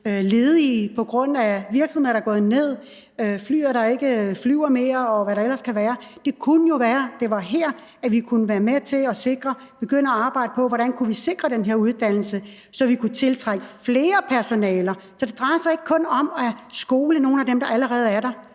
ledige på grund af virksomheder, der er gået ned, fly, der ikke flyver mere, og hvad der ellers kan være. Det kunne jo være, at det var her, vi kunne være med til at begynde at arbejde på, hvordan vi kunne sikre den her uddannelse, så vi kunne tiltrække flere personaler. Det drejer sig ikke kun om at omskole nogle af dem, der allerede er der,